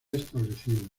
establecido